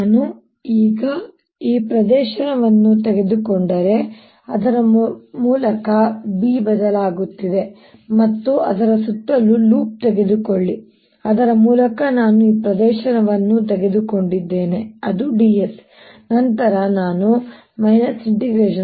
ನಾನು ಈಗ ಈ ಪ್ರದೇಶವನ್ನು ತೆಗೆದುಕೊಂಡರೆ ಅದರ ಮೂಲಕ B ಬದಲಾಗುತ್ತಿದೆ ಮತ್ತು ಅದರ ಸುತ್ತಲೂ ಲೂಪ್ ತೆಗೆದುಕೊಳ್ಳಿ ಅದರ ಮೂಲಕ ನಾನು ಈ ಪ್ರದೇಶವನ್ನು ತೆಗೆದುಕೊಂಡಿದ್ದೇನೆ ds ನಂತರ ನಾನು B∂t